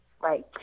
Right